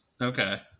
okay